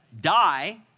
Die